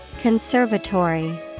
Conservatory